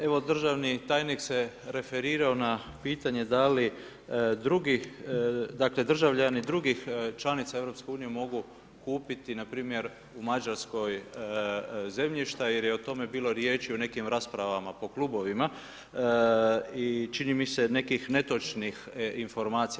Evo državni tajnik se referirao na pitanje da li drugi, dakle državljani drugih članica EU mogu kupiti npr. u Mađarskoj zemljišta jer je o tome bilo riječi u nekim raspravama po klubovima i čini mi se nekih netočnih informacija.